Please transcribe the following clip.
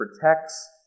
protects